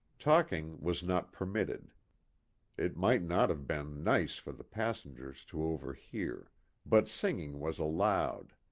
talking was not permitted it might not have been nice for the passengers to overhear but singing was allowed.